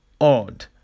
odd